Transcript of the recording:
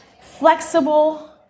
flexible